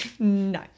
No